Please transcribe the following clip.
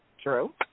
True